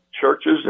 churches